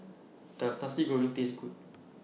Does Nasi Goreng Taste Good